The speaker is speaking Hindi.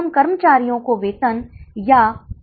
यह ऊपर क्यों गया है